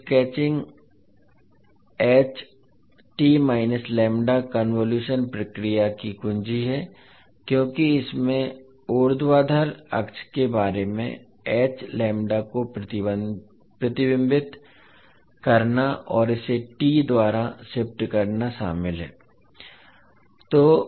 फिर sketching convolution प्रक्रिया की कुंजी है क्योंकि इसमें ऊर्ध्वाधर अक्ष के बारे में को प्रतिबिंबित करना और इसे t द्वारा शिफ्ट करना शामिल है